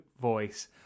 voice